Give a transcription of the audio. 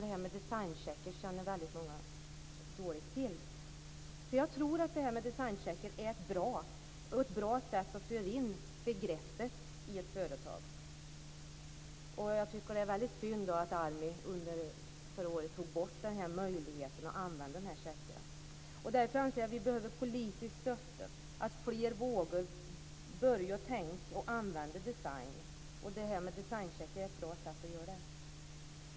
Det här med designcheckar är det många som känner till alltför dåligt. Jag tror alltså att det här med designcheckar är bra. Det är ett bra sätt att föra in begreppet i ett företag. Jag tycker att det är väldigt synd att ALMI under förra året tog bort möjligheten att använda de här checkarna. Därför anser jag att vi behöver stödja politiskt så att fler vågar börja tänka på att använda design. Designcheckar är ett bra sätt att göra det på.